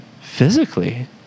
physically